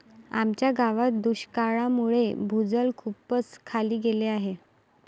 आमच्या गावात दुष्काळामुळे भूजल खूपच खाली गेले आहे